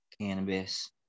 cannabis